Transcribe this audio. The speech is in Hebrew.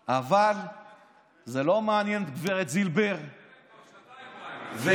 אבל זה לא מעניין את גב' זילבר ואת מנדלבליט.